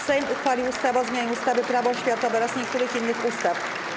Sejm uchwalił ustawę o zmianie ustawy - Prawo oświatowe oraz niektórych innych ustaw.